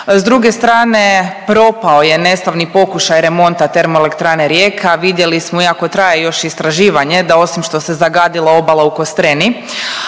S druge strane propao je neslavni pokušaj remonta Teromelektrane Rijeka, vidjeli smo, iako traje još istraživanje, da osim što se zagadila obala u Kostreni,